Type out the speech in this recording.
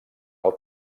del